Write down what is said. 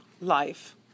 life